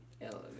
Elevator